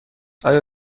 آیا